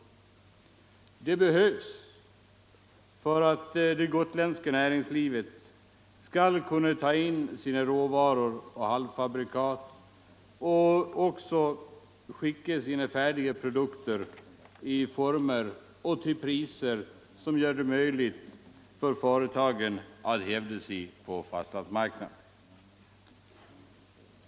Sådana kommunikationer behövs för att det gotländska näringslivet skall kunna ta in sina råvaror och halvfabrikat och kunna distribuera sina färdiga produkter i former och till priser som gör det möjligt för företagen att hävda sig på fastlandsmarknaden.